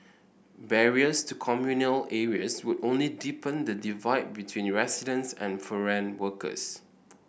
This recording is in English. barriers to communal areas would only deepen the divide between residents and foreign workers